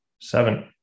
seven